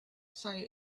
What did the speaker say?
say